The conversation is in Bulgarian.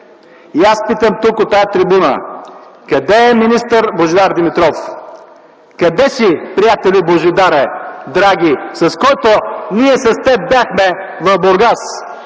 Аз питам тук от тази трибуна: къде е министър Божидар Димитров? Къде си, приятелю, Божидаре, драги? Ние с теб бяхме в Бургас